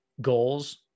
goals